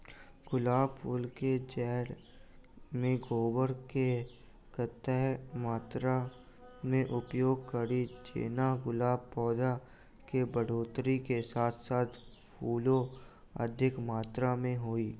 गुलाब फूल केँ जैड़ मे गोबर केँ कत्ते मात्रा मे उपयोग कड़ी जेना गुलाब पौधा केँ बढ़ोतरी केँ साथ साथ फूलो अधिक मात्रा मे होइ?